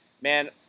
man